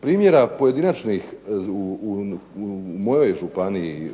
Primjera pojedinačnih u mojoj županiji